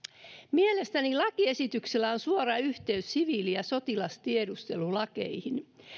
mielestäni lakiesityksellä on suora yhteys siviili ja sotilastiedustelulakeihin